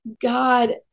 God